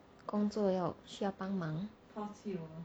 工作要需要帮忙